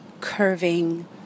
curving